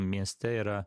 mieste yra